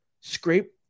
scrape